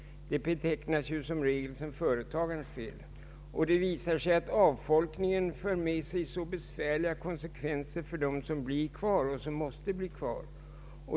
Detta betecknas ju i regel som företagens fel. Det visar sig också att avfolkningen för med sig besvärliga konsekvenser för dem som blir kvar och som måste bli kvar.